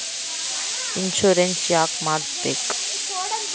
Insurance ಯಾಕ್ ಮಾಡಿಸಬೇಕು?